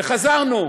וחזרנו.